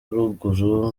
ruguru